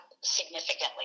significantly